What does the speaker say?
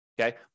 Okay